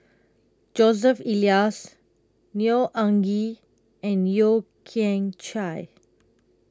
Joseph Elias Neo Anngee and Yeo Kian Chai